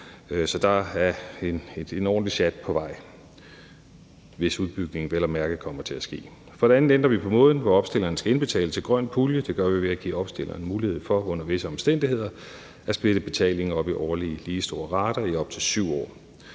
Så der er en ordentlig sjat på vej, hvis udbygningen vel at mærke kommer til at ske. For det andet ændrer vi på måden, hvor opstilleren skal indbetale til grøn pulje, og det gør vi ved at give opstilleren mulighed for under visse omstændigheder at splitte betalingen op i årlige lige store rater i op til 7 år.